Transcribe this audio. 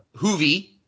Hoovy